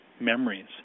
memories